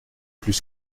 plus